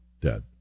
dead